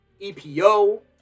EPO